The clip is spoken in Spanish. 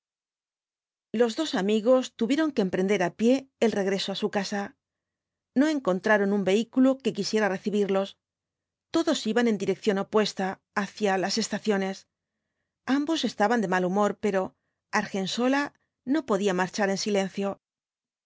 los dos amigos tuvieron que emprender á pie el regreso á su casa no encontraron un vehículo que quisiera recibirlos todos iban en dirección opuesta hacia las estaciones ambos estaban de mal humor pero argensola no podía marchar en silencio